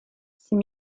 ces